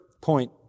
point